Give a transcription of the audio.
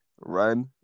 run